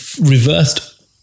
reversed